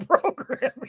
programming